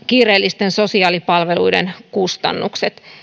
kiireellisten sosiaalipalveluiden kustannukset